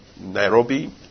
Nairobi